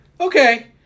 Okay